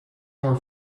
more